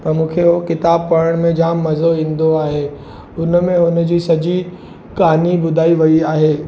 त मूंखे उहो किताबु पढ़ण में जाम मज़ो ईंदो आहे हुनमें हुनजी सॼी कहानी बुधाई वई आहे